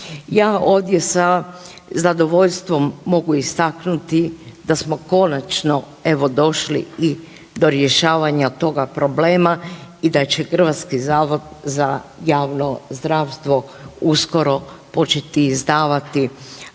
Ja ovdje sa zadovoljstvom mogu istaknuti da smo konačno evo došli i do rješavanja toga problema i da će HZJZ uskoro početi izdavati dokumenat